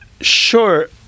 Sure